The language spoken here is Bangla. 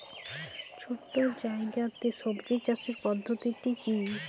ছোট্ট জায়গাতে সবজি চাষের পদ্ধতিটি কী?